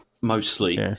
mostly